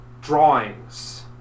drawings